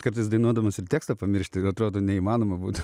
kartais dainuodamas ir tekstą pamiršti ir atrodo neįmanoma būtų